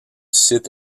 site